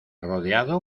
rodeado